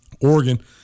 Oregon